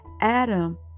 Adam